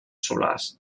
solars